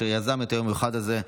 שיזם את היום המיוחד הזה.